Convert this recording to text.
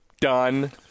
done